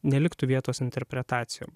neliktų vietos interpretacijom